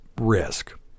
risk